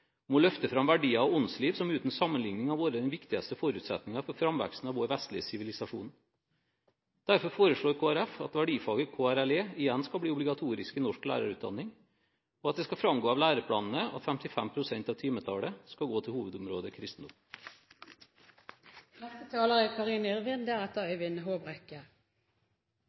om dannelse, om å løfte fram verdier og åndsliv som uten sammenligning har vært den viktigste forutsetningen for framveksten av vår vestlige sivilisasjon. Derfor foreslår Kristelig Folkeparti at verdifaget KRLE skal bli obligatorisk i norsk lærerutdanning, og at det skal framgå av læreplanene at 55 pst. av timetallet skal gå til